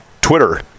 Twitter